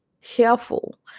careful